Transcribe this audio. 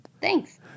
Thanks